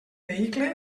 vehicle